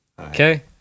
Okay